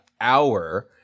Hour